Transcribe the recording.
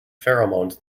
pheromones